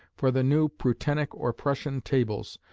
for the new prutenic or prussian tables,